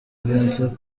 vincent